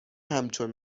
همچون